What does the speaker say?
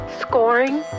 Scoring